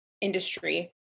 industry